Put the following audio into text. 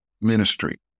ministry